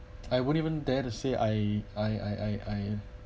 I won't even dare to say I I I I I